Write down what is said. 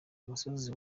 umusozi